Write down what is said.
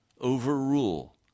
overrule